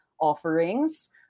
offerings